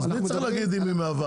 אז מי צריך להגיד שהיא מהווה?